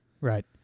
Right